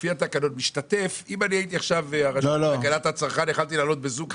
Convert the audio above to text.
לפי התקנון אם אני למשל הרשות להגנת הצרכן אני יכול לעלות בזום,